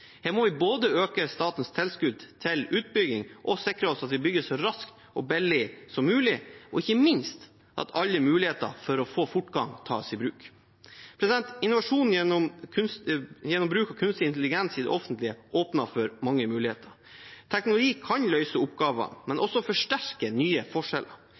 Her må vi både øke statens tilskudd til utbygging og sikre at vi bygger så raskt og billig som mulig, og ikke minst at alle muligheter for å få fortgang tas i bruk. Innovasjon gjennom bruk av kunstig intelligens i det offentlige åpner for mange muligheter. Teknologi kan løse oppgaver, men også forsterke nye forskjeller.